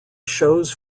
shows